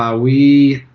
ah we,